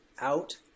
out